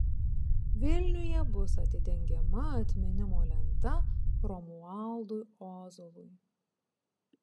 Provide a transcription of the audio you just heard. vilniuje bus atidengiama atminimo lenta romualdui ozolui